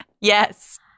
Yes